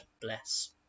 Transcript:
bless